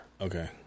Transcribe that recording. okay